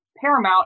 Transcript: paramount